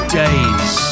days